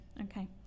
okay